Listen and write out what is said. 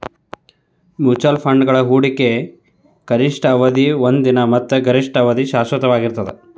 mutual ಫಂಡ್ಗಳ ಹೂಡಿಕೆಗ ಕನಿಷ್ಠ ಅವಧಿಯ ಒಂದ ದಿನ ಮತ್ತ ಗರಿಷ್ಠ ಅವಧಿಯ ಶಾಶ್ವತವಾಗಿರ್ತದ